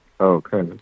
Okay